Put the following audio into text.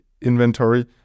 inventory